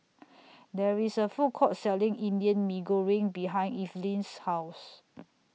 There IS A Food Court Selling Indian Mee Goreng behind Evelyne's House